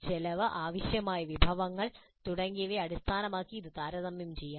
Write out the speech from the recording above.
ചെലവ് ആവശ്യമായ വിഭവങ്ങൾ തുടങ്ങിയവയെ അടിസ്ഥാനമാക്കി ഇത് താരതമ്യം ചെയ്യാം